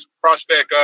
prospect